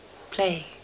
Play